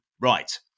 Right